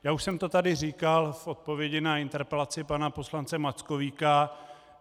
Já už jsem to tady říkal v odpovědi na interpelaci pana poslance Mackovíka.